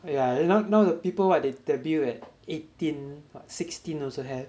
yeah yeah now now the people what they debut at eighteen what sixteen also have